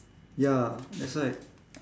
ya that's why